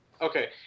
okay